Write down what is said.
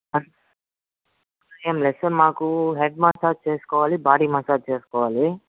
ఏమి లేదు సర్ మాకు హెడ్ మసాజ్ చేసుకోవాలి బాడీ మసాజ్ చేసుకోవాలి